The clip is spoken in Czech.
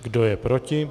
Kdo je proti?